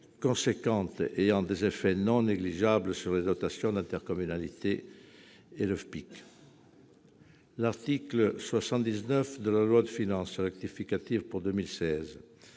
importante, ayant des effets non négligeables sur leur dotation d'intercommunalité et le FPIC. L'article 79 de la loi de finances rectificative pour 2016